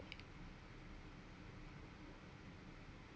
so